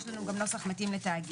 יש לנו גם נוסח מתאים לתאגיד.